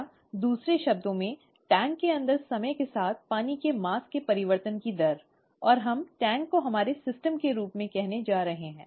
या दूसरे शब्दों में टैंक के अंदर समय के साथ पानी के द्रव्यमान के परिवर्तन की दर और हम टैंक को हमारे सिस्टम के रूप में कहने जा रहे हैं